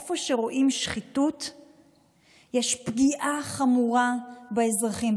איפה שרואים שחיתות יש פגיעה חמורה באזרחים,